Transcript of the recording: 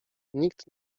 nikt